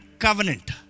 Covenant